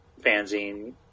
fanzine